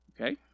Okay